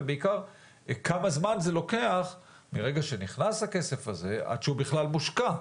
ובעיקר כמה זמן לוקח מרגע שנכנס הכסף הזה עד שהוא בכלל מושקע?